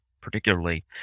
particularly